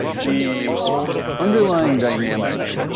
the underlying dynamic